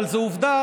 אבל זו עובדה,